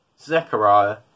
Zechariah